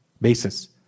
basis